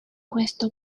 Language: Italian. questo